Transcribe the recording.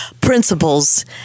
principles